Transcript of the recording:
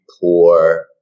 poor